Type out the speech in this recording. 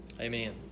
amen